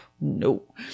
no